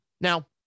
Now